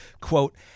quote